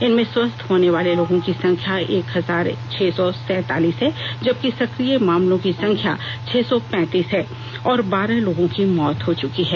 इनमें स्वस्थ होनेवाले लोगों की संख्या एक हजार छह सौ सैंतालीस है जबकि सक्रिय मामलों की संख्या छह सौ पैंतीस है और बारह लोगों की मौत हो चुकी है